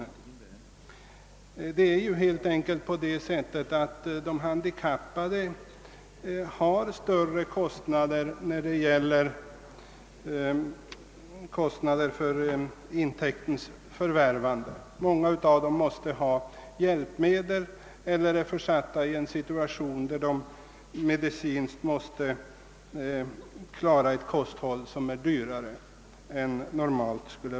Det är helt enkelt på det sättet, att handikappade människor får vidkännas större kostnader för intäktens förvärvande än andra, att många av dem måste ha vissa hjälpmedel för att kunna klara sig eller är försatta i en situation där de av medicinska skäl måste ha ett kosthåll som är dyrare än ett normalt.